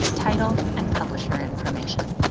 title, and publisher information.